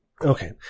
Okay